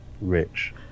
rich